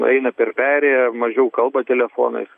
eina per perėją mažiau kalba telefonais